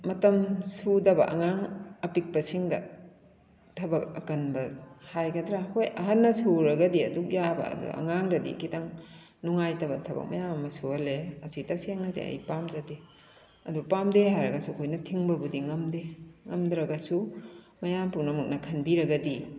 ꯃꯇꯝ ꯁꯨꯗꯕ ꯑꯉꯥꯡ ꯑꯄꯤꯛꯄꯁꯤꯡꯗ ꯊꯕꯛ ꯑꯀꯟꯕ ꯍꯥꯏꯒꯗ꯭ꯔꯥ ꯍꯣꯏ ꯑꯍꯟꯅ ꯁꯨꯔꯒꯗꯤ ꯑꯗꯨꯛ ꯌꯥꯕ ꯑꯗꯨ ꯑꯉꯥꯡꯗꯗꯤ ꯈꯤꯇꯪ ꯅꯨꯡꯉꯥꯏꯇꯕ ꯊꯕꯛ ꯃꯌꯥꯝ ꯑꯃ ꯁꯨꯍꯜꯂꯦ ꯑꯁꯤ ꯇꯁꯦꯡꯅꯗꯤ ꯑꯩ ꯄꯥꯝꯖꯗꯦ ꯑꯗꯨ ꯄꯥꯝꯗꯦ ꯍꯥꯏꯔꯒꯁꯨ ꯑꯩꯈꯣꯏꯅ ꯊꯤꯡꯕꯕꯨꯗꯤ ꯉꯝꯗꯦ ꯉꯝꯗ꯭ꯔꯒꯁꯨ ꯃꯌꯥꯝ ꯄꯨꯝꯅꯃꯛꯅ ꯈꯟꯕꯤꯔꯒꯗꯤ